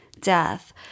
death